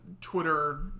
Twitter